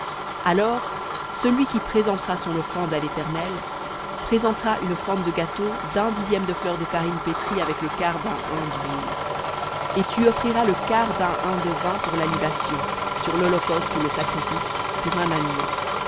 alors celui qui présentera son offrande à l'éternel présentera une offrande de gâteau d'un dixième de fleur de farine pétrie avec le quart d'un hin dhuile et tu offriras le quart d'un hin de vin pour la libation sur l'holocauste ou le sacrifice pour un agneau